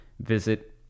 visit